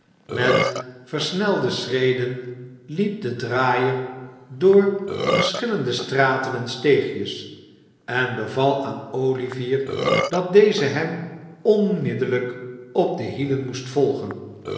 met versnelde schreden liep de draaier door verschillende straten en steegjes en beval aan olivier dat deze hem onmiddellijk op de hielen moest volgen